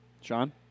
Sean